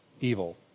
evil